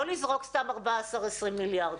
לא לזרוק סתם 20-14 מיליארד,